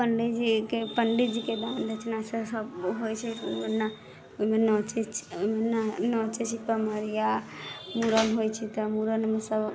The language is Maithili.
पण्डीजीके दान दक्षिणा से सब होइ छै ओहिमे नाचै छै पमरिया मूड़न होइ छै तऽ मूड़नमे सब